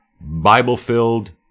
Bible-filled